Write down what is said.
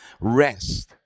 rest